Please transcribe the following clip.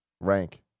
rank